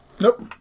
Nope